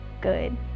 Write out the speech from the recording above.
good